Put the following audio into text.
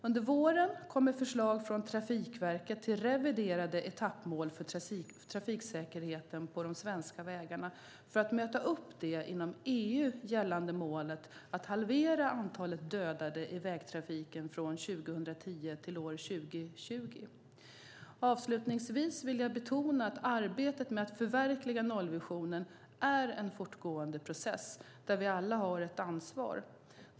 Under våren kommer förslag från Trafikverket till reviderade etappmål för trafiksäkerheten på de svenska vägarna för att möta upp det inom EU gällande målet att halvera antalet dödade i vägtrafiken från 2010 till år 2020. Avslutningsvis vill jag betona att arbetet med att förverkliga nollvisionen är en fortgående process där vi alla har ett ansvar.